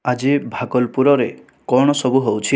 ଆଜି ଭାଗଲପୁରରେ କ'ଣ ସବୁ ହେଉଛି